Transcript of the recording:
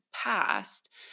past